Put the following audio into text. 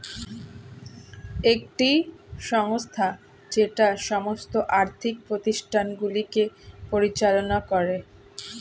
একটি সংস্থা যেটা সমস্ত আর্থিক প্রতিষ্ঠানগুলিকে পরিচালনা করে